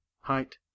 Height